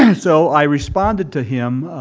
and so i responded to him